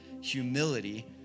humility